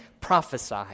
prophesy